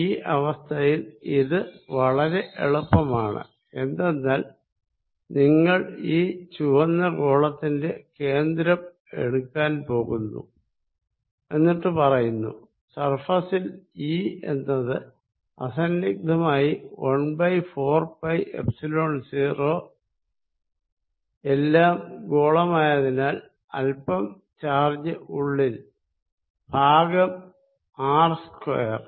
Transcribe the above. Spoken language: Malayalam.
ഈ അവസ്ഥയിൽ ഇത് വളരെ എളുപ്പമാണ് എന്തെന്നാൽ നിങ്ങൾ ഈ ചുവന്ന ഗോളത്തിന്റെ കേന്ദ്രം എടുക്കാൻ പോകുന്നു എന്നിട്ട് പറയുന്നു സർഫേസിൽ E എന്നത് അസ്സന്നിഗ്ധമായി ¼ പൈ എപ്സിലോൺ0 എല്ലാം ഗോളമായതിനാൽ അല്പം ചാർജ് ഉള്ളിൽ ഭാഗം R സ്ക്വയർ